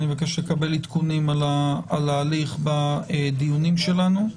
אני אבקש לקבל עדכונים על ההליך בדיונים שלנו.